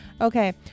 Okay